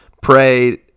prayed